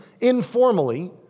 informally